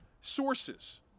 sources